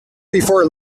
before